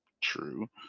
True